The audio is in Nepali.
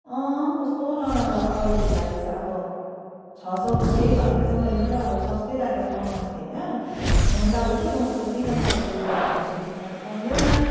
अँ कस्तो नराम्रो क्वालिटीको आएछ अब छ सौ रुपियाँ भनेर चाहिँ मैले चाहिँ अब सस्तै लागेर मगाएको थिएँ होइन हुनु त अब यसो सोच्दा त अब चिकन करी कुर्ता त छ सौ रुपियाँमा त पाउँदैन